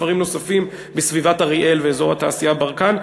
מכפרים נוספים בסביבת אריאל ואזור התעשייה ברקן,